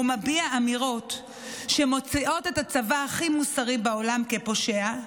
מביע אמירות שמוציאות את הצבא הכי מוסרי בעולם כפושע,